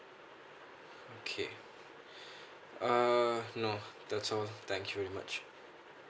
okay uh no that's all thank you very much